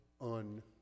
un-